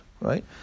right